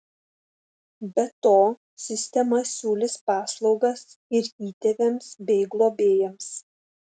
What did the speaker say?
be to sistema siūlys paslaugas ir įtėviams bei globėjams